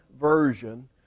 version